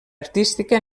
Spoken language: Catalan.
artística